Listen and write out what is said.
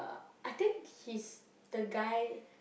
uh I think he's the guy